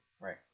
Right